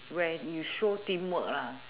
where you show team work